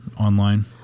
online